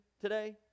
today